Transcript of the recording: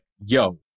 yo